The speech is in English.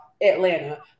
Atlanta